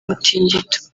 mutingito